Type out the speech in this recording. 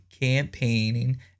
campaigning